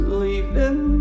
leaving